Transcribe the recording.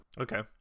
okay